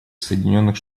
соединенных